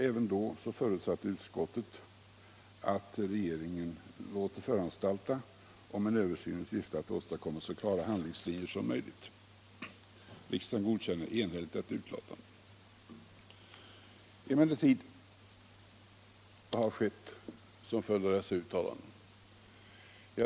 Även då förutsatte utskottet att regeringen lät föranstalta om en översyn i syfte att åstadkomma så klara handlingslinjer som möjligt. Riksdagen godkände enhälligt detta uttalande. Vad har skett som följd av dessa uttalanden?